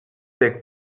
des